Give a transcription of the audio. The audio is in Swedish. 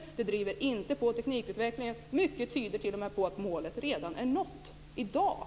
Dessutom driver det inte på teknikutvecklingen. Mycket tyder t.o.m. på att målet redan i dag är nått.